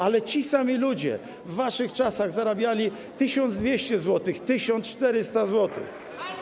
Ale ci sami ludzie w waszych czasach zarabiali 1200 zł, 1400 zł.